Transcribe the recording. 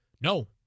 No